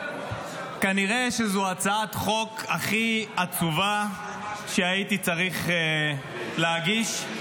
כנראה שזו הצעת החוק הכי עצובה שהייתי צריך להגיש.